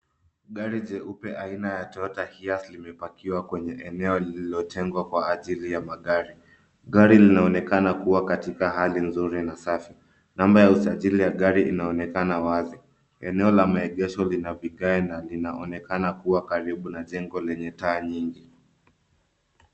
Gari jeupe aina ya Toyota Hiace limepakiwa kwenye eneo lililotengwa kwa ajili ya magari. Gari linaonekana kuwa katika hali nzuri na safi. Namba ya usajili ya gari inaonekana wazi. Eneo la maegesho lina vigae na linaonekana kuwa karibu na jengo lenye taa nyingi.